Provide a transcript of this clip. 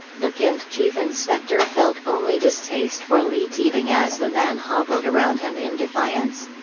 the kent chief inspector felt only distaste for leigh teabing as the man hobbled around him in defiance.